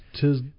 tis